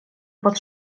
pod